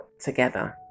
together